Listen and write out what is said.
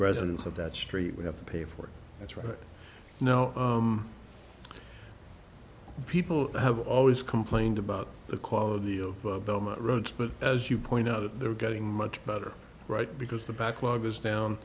residents of that street we have to pay for it that's right no people have always complained about the quality of the roads but as you point out that they're getting much better right because the backlog is down